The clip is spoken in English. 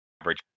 average